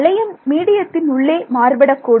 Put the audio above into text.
அலை எண் மீடியத்தின் உள்ளே மாறுபடக்கூடும்